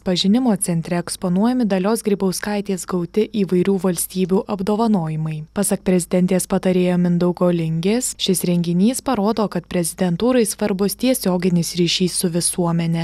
pažinimo centre eksponuojami dalios grybauskaitės gauti įvairių valstybių apdovanojimai pasak prezidentės patarėjo mindaugo lingės šis renginys parodo kad prezidentūrai svarbus tiesioginis ryšys su visuomene